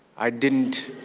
i didn't